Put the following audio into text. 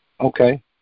Okay